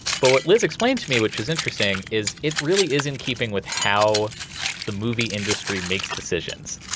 but what liz explained to me, which is interesting, is it really isn't keeping with how the movie industry makes decisions,